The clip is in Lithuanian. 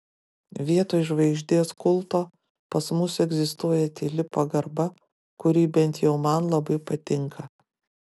vietoj žvaigždės kulto pas mus egzistuoja tyli pagarba kuri bent jau man labai patinka